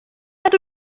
nad